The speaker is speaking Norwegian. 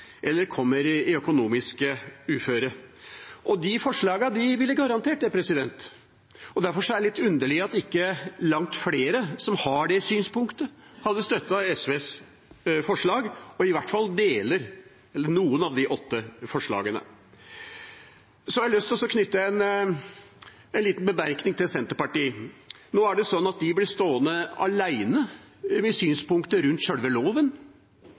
eller kommer i økonomisk uføre. De forslagene ville garantert det, og derfor er det litt underlig at ikke langt flere av dem som har det synspunktet, støtter SVs forslag, i hvert fall noen av de åtte forslagene. Jeg har lyst å knytte en liten bemerkning til Senterpartiet. Nå er det slik at de blir stående alene med synspunktet rundt selve loven,